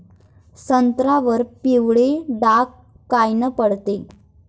संत्र्यावर पिवळे डाग कायनं पडते?